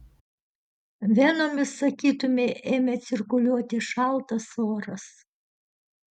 venomis sakytumei ėmė cirkuliuoti šaltas oras